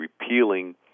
repealing